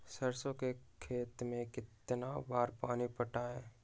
सरसों के खेत मे कितना बार पानी पटाये?